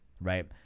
right